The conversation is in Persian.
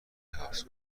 حبس